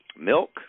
Milk